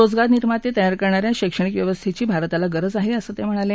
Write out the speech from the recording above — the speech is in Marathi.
रोजगार निर्माते तयार करणा या शैक्षणिक व्यवस्थेची भारताला गरज आहे असं ते म्हणाले